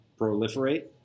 proliferate